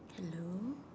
hello